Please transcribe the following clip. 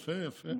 יפה, יפה.